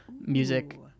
music